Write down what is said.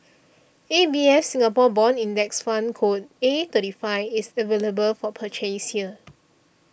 A B F Singapore Bond Index Fund code A thirty five is available for purchase here